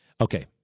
Okay